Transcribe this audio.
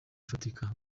ifatika